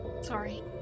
sorry